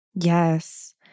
Yes